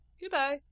Goodbye